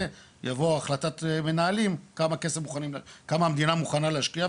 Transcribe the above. יבוא החלטת מנהלים כמה המדינה מוכנה להשקיע,